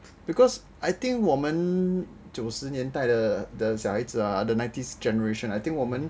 because I think 我们九十年代的小孩子啊 the nineties generation I think 我们